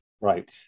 Right